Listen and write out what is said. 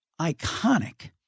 iconic